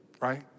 right